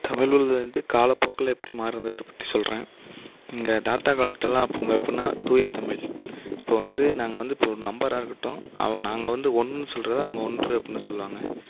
தமிழ் மொழி வந்து காலப்போக்கில் எப்படி மாறுனது அதை பற்றி சொல்கிறேன் எங்கள் தாத்தா காலத்துலெல்லாம் அப்போது தூய தமிழ் இப்போது வந்து நாங்கள் வந்து இப்போது நம்பராக இருக்கட்டும் நாங்கள் வந்து ஒன் அப்படினு சொல்கிறத அவங்க ஒன்று அப்படினு சொல்லுவாங்க